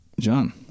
John